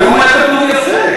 הנאום היה כתוב יפה,